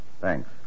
Thanks